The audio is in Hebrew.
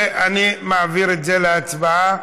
ואני מעמיד את זה להצבעה.